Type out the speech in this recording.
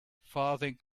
farthing